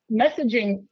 messaging